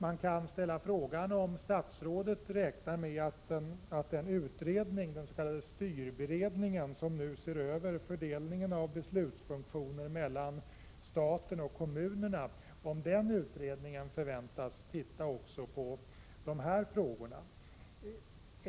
Man kan fråga sig om statsrådet räknar med att den utredning, den s.k. styrberedningen, som nu ser över fördelningen av beslutsfunktioner mellan staten och kommunerna förväntas att också studera dessa frågor.